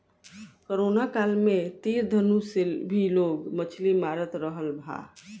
corona काल में तीर धनुष से भी लोग मछली मारत रहल हा